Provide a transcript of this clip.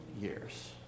years